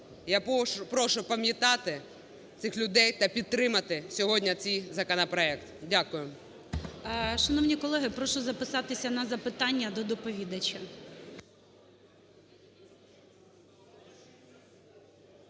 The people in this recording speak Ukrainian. Я прошу пам'ятати цих людей та підтримати сьогодні цей законопроект. Дякую. ГОЛОВУЮЧИЙ. Шановні колеги, прошу записатися на запитання до доповідача.